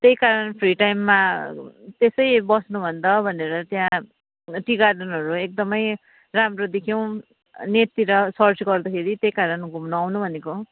त्यहीकारण फ्री टाइममा त्यसै बस्नुभन्दा भनेर त्यहाँ टी गार्डनहरू एकदमै राम्रो देख्यौँ नेटतिर सर्च गर्दाखेरि त्यहीकारण घुम्नु आउनु भनेको